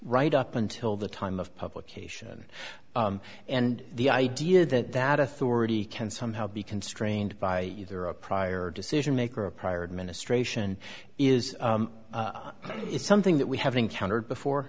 right up until the time of publication and the idea that that authority can somehow be constrained by either a prior decision maker a prior administration is something that we have encountered before